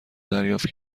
دریافت